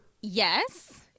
Yes